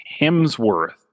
Hemsworth